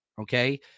Okay